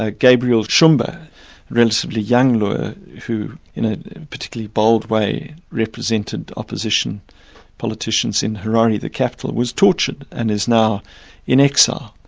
ah gabriel shumba, a relatively young lawyer who in a particularly bold way represented opposition politicians in harare, the capital, was tortured and is now in exile.